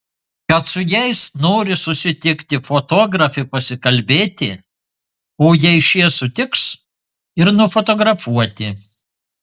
kad su jais nori susitikti fotografė pasikalbėti o jei šie sutiks ir nufotografuoti